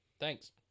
Thanks